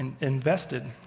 invested